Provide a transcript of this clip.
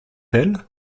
elle